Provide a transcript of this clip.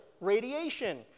radiation